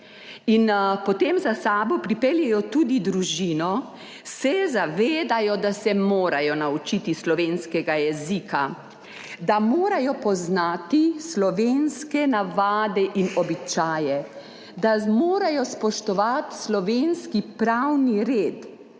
in potem za sabo pripeljejo tudi družino, zavedajo, da se morajo naučiti slovenskega jezika, da morajo poznati slovenske navade in običaje, da morajo spoštovati slovenski pravni red.